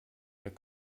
der